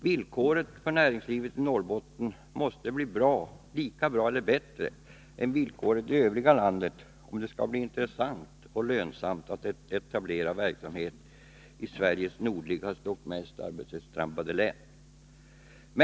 Villkoren för näringslivet i Norrbotten måste bli lika eller bättre än villkoren i övriga landet, om det skall bli intressant och lönsamt att etablera verksamhet i Sveriges nordligaste och mest arbetslöshetsdrabbade län.